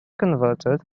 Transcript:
converted